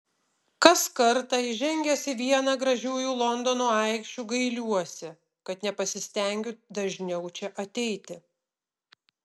kas kartą įžengęs į vieną gražiųjų londono aikščių gailiuosi kad nepasistengiu dažniau čia ateiti